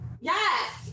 Yes